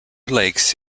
lakes